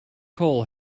coal